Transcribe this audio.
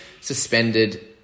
suspended